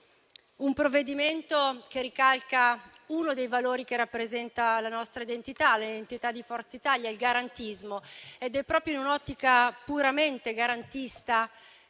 un provvedimento che ricalca uno dei valori che rappresenta l'identità del Gruppo Forza Italia, il garantismo. È proprio in un'ottica puramente garantista